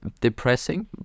depressing